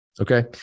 Okay